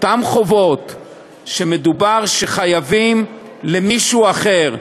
חובות שחייבים למישהו אחר,